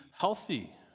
healthy